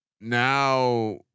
Now